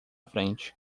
frente